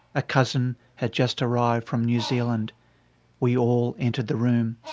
a cousin had just arrived from new zealand we all entered the room.